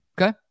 Okay